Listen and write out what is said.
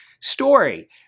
story